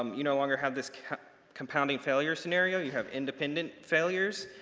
um you no longer have this compounding failure scenario. you have independent failures.